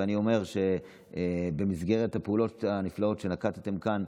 אני אומר שבמסגרת הפעולות הנפלאות שנקטתם כאן,